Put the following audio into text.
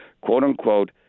quote-unquote